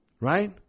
Right